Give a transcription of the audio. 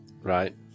right